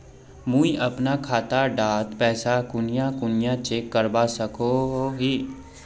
मुई अपना खाता डात पैसा कुनियाँ कुनियाँ चेक करवा सकोहो ही?